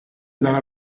dalla